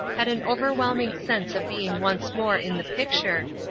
had an overwhelming sense of being once more in the picture,